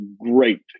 great